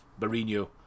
Mourinho